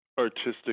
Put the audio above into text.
artistic